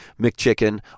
mcchicken